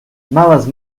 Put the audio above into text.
males